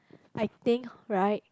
I think right